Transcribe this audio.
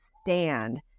stand